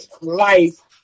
life